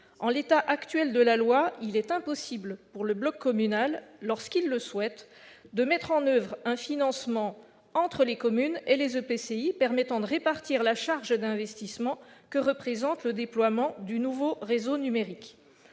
En l'état actuel de la loi, il est impossible pour le bloc communal, lorsqu'il le souhaite, de mettre en oeuvre, entre les communes et les EPCI, un financement permettant de répartir la charge d'investissement que représente le déploiement du nouveau réseau numérique,